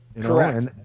Correct